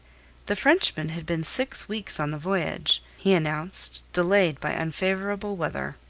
the frenchman had been six weeks on the voyage, he announced, delayed by unfavourable weather.